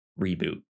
reboot